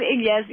yes